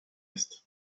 esto